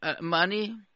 money